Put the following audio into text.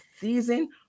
season